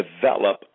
develop